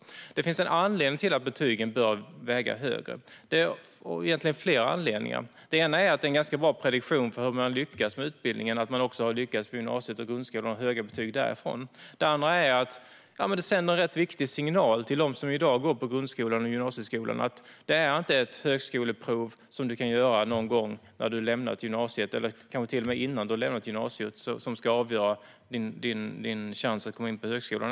Det finns flera anledningar till att betygen bör väga tyngre. Det ena är att bra betyg från grundskolan och gymnasiet ger en ganska god prediktion om hur man ska lyckas på utbildningen. Det andra är att det sänder en viktig signal till dem som går i grundskolan och gymnasiet att det inte är ett högskoleprov som de kan göra under eller efter gymnasiet som avgör om de kan komma in på högskolan.